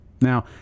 Now